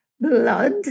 blood